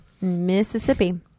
mississippi